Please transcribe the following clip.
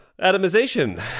Atomization